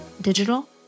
digital